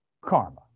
karma